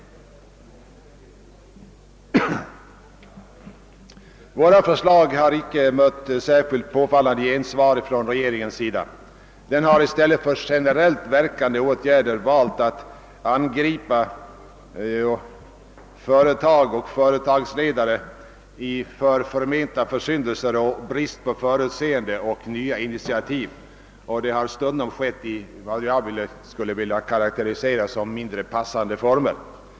Våra förslag har icke mött särskilt påfallande gensvar från regeringens sida. Den har i stället för generellt verkande åtgärder valt att angripa företag och företagsledare för förmenta försyndelser och brist på förutseende och nya initiativ. Det har stundom skett i vad jag skulle vilja karakterisera som mindre passande former.